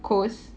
coast